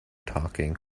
talking